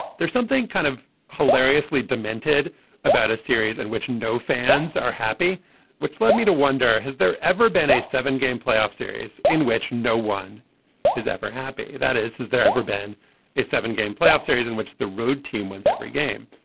there's something kind of hilariously demented about a series in which no fans are happy which led me to wonder has there ever been a seven game playoff series in which no one is ever happy. that is. has there ever been a seven game playoff series in which the road team wins every game.